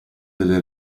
delle